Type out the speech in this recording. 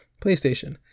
PlayStation